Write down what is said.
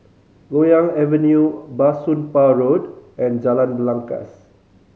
Loyang Avenue Bah Soon Pah Road and Jalan Belangkas